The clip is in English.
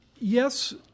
yes